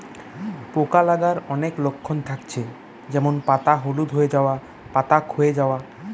পোকা লাগার অনেক লক্ষণ থাকছে যেমন পাতা হলুদ হয়ে যায়া, পাতা খোয়ে যায়া